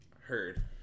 Heard